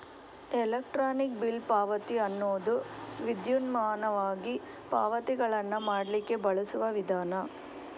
electronic bill ಪಾವತಿ ಅನ್ನುದು ವಿದ್ಯುನ್ಮಾನವಾಗಿ ಪಾವತಿಗಳನ್ನ ಮಾಡ್ಲಿಕ್ಕೆ ಬಳಸುವ ವಿಧಾನ